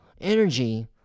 energy